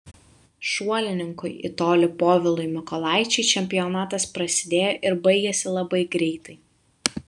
šuolininkui į tolį povilui mykolaičiui čempionatas prasidėjo ir baigėsi labai greitai